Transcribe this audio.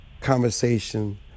conversation